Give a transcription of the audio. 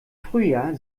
frühjahr